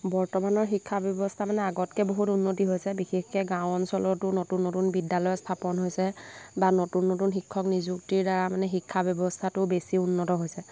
বৰ্তমানৰ শিক্ষা ব্যৱস্থা মানে আগতকৈ বহুত উন্নতি হৈছে বিশেষকৈ গাঁও অঞ্চলতো নতুন নতুন বিদ্যালয় স্থাপন হৈছে বা নতুন নতুন শিক্ষক নিযুক্তিৰদ্বাৰা মানে শিক্ষা ব্যৱস্থাটো বেছি উন্নত হৈছে